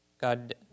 God